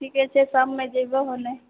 ठीके छै शाममे जाइबऔ हुने